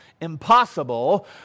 impossible